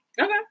Okay